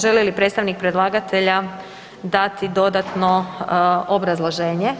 Želi li predstavnik predlagatelja dati dodatno obrazloženje?